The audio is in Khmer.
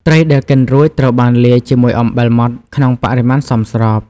ត្រីដែលកិនរួចត្រូវបានលាយជាមួយអំបិលម៉ត់ក្នុងបរិមាណសមស្រប។